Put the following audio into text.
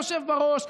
היושב-ראש.